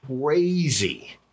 Crazy